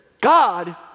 God